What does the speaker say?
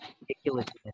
ridiculousness